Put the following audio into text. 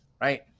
Right